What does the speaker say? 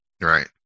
Right